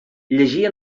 llegir